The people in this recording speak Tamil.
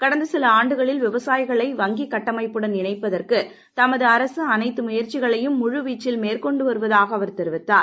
கடந்த சில ஆண்டுகளில் விவசாயிகளை வங்கி கட்டமைப்புடன் இணைப்பதற்கு தமது அரசு அனைத்து முயற்சிகளையும் முழுவீச்சில் மேற்கொண்டு வருவதாக அவர் தெரிவித்தார்